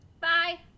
bye